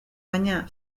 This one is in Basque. baina